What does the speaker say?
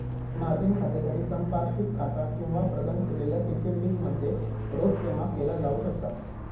margin खात्यासाठी संपार्श्विक खाता किंवा प्रदान केलेल्या सिक्युरिटीज मध्ये रोख जमा केला जाऊ शकता